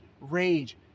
rage